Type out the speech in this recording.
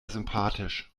sympathisch